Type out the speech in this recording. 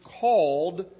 called